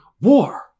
war